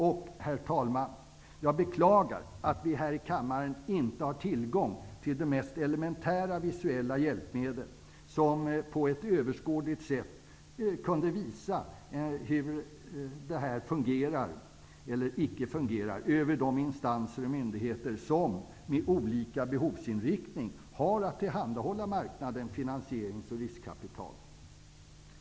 Och, herr talman, jag beklagar att vi här i kammaren inte har tillgång till de mest elementära visuella hjälpmedel, som på ett överskådligt sätt kunde visa hur detta fungerar eller icke fungerar, över de instanser och myndigheter som, med olika behovsinriktning, har att tillhandahålla marknaden finansierings och riskkapital.